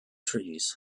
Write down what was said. trees